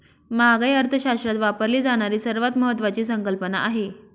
महागाई अर्थशास्त्रात वापरली जाणारी सर्वात महत्वाची संकल्पना आहे